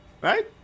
right